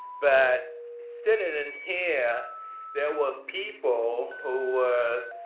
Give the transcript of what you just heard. but sitting in here there were people who were